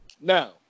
Now